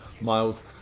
miles